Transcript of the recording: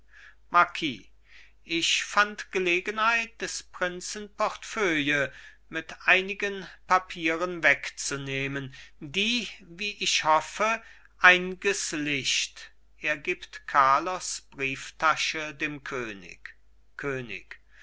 marquis ich fand gelegenheit des prinzen portefeuille mit einigen papieren wegzunehmen die wie ich hoffe einges licht er gibt carlos brieftasche dem könig könig